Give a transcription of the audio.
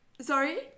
Sorry